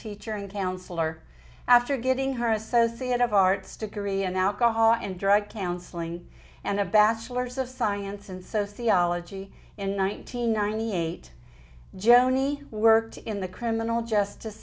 teacher in counselor after getting her associate of arts degree in alcohol and drug counseling and a bachelors of science and sociology in one nine hundred ninety eight joni worked in the criminal justice